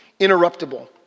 interruptible